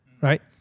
right